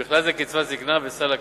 ובכלל זה קצבת זיקנה וסל קליטה.